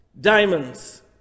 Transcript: Diamonds